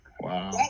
Wow